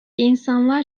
insanlar